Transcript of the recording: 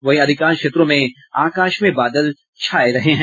वहीं अधिकांश क्षेत्रों में आकाश में बादल छाये हैं